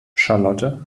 charlotte